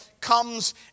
comes